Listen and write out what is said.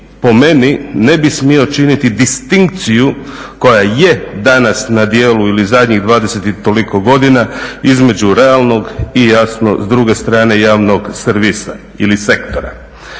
po meni ne bi smio činiti distinkciju koja je danas na djelu ili zadnjih 20 i toliko godina, između realnog i s druge strane javnog servisa ili sektora.